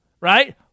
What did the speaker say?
right